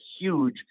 huge